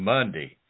Monday